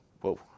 whoa